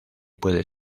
puede